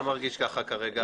לא מרגיש כך כרגע.